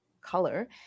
color